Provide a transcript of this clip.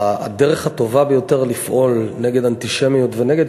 הדרך הטובה ביותר לפעול נגד אנטישמיות ונגד